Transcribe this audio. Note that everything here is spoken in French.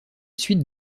suite